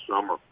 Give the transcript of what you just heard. summer